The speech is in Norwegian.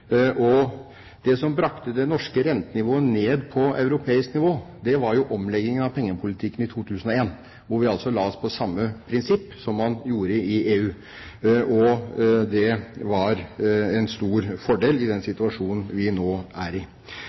Det som brakte det norske rentenivået ned på europeisk nivå, var jo omleggingen av pengepolitikken i 2001, da vi la oss på samme prinsipp som man gjorde i EU. Det var en stor fordel i den situasjonen vi nå er i.